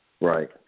Right